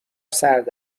سرد